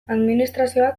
administrazioak